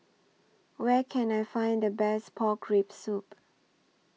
Where Can I Find The Best Pork Rib Soup